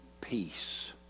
peace